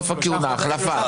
סוף הכהונה, החלפה.